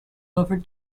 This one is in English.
over